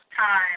time